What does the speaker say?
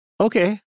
okay